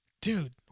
dude